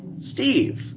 Steve